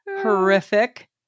horrific